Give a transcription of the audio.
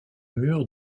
mur